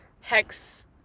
hex